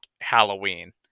Halloween